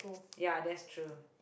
ya that's true